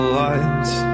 lights